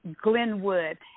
Glenwood